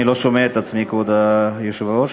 כבוד היושב-ראש,